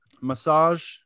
massage